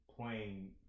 playing